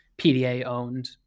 PDA-owned